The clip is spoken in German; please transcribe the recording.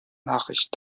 nachricht